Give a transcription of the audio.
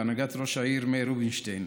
בהנהגת ראש העיר מאיר רובינשטיין,